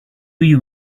you